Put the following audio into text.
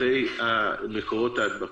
אחרי מקורות ההדבקה.